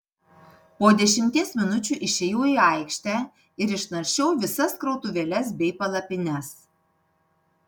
po dešimties minučių išėjau į aikštę ir išnaršiau visas krautuvėles bei palapines